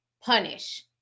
punish